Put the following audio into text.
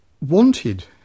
wanted